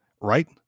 right